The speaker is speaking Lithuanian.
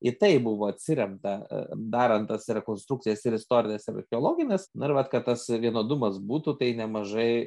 į tai buvo atsiremta a darant tas rekonstrukcijas ir istorines ir archeologines na ir vat kad tas vienodumas būtų tai nemažai